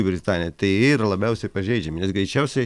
į britaniją tai jie yra labiausiai pažeidžiami nes greičiausiai